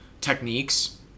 techniques